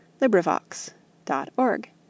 LibriVox.org